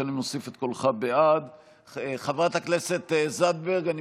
נגיף הקורונה החדש) (מסירת מידע על מתחסנים),